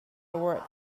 award